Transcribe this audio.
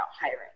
hiring